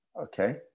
Okay